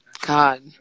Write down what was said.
God